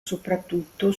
soprattutto